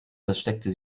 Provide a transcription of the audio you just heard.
versteckte